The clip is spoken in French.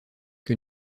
que